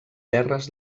terres